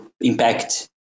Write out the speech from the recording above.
impact